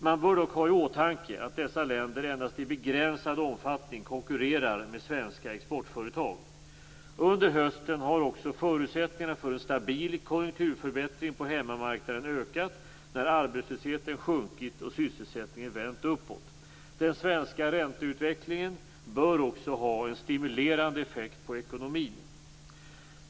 Man bör dock ha i åtanke att dessa länder endast i begränsad omfattning konkurrerar med svenska exportföretag. Under hösten har också förutsättningarna för en stabil konjunkturförbättring på hemmamarknaden ökat när arbetslösheten sjunkit och sysselsättningen vänt uppåt. Den svenska ränteutvecklingen bör också ha en stimulerande effekt på ekonomin.